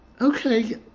Okay